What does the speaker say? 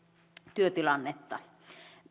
työtilannetta